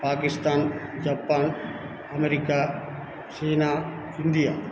Pakistan Japan America China India